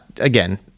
again